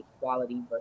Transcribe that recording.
quality